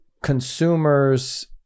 consumers